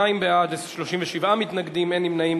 21 בעד, 38 מתנגדים, אין נמנעים.